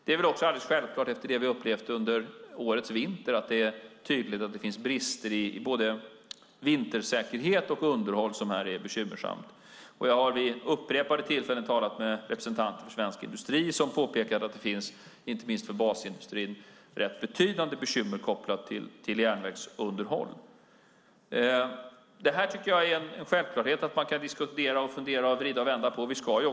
Det är väl också alldeles självklart efter vad vi upplevt under senaste vintern att det finns brister i både vintersäkerhet och underhåll som är bekymmersamma. Vid flera tillfällen har jag talat med representanter för svensk industri som påpekat att det, inte minst för basindustrin, finns rätt betydande bekymmer kopplade till järnvägsunderhållet. Jag tycker att det är en självklarhet att man kan diskutera och fundera på detta och även vrida och vända på saker.